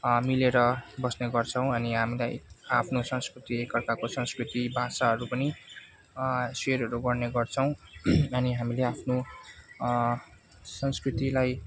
मिलेर बस्ने गर्छौँ अनि हामीलाई आफ्नो संस्कृति एक अर्काको संस्कृति भाषाहरू पनि सेयरहरू गर्ने गर्छौँ अनि हामीले आफ्नो संस्कृतिलाई